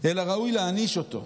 אלא ראוי להעניש אותו,